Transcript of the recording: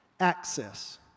Access